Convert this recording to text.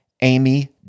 Amy